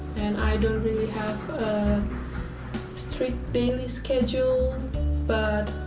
and i don't really have a strict daily schedule but